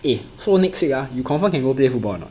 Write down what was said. eh so next week ah you confirm can go play football or not